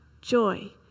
joy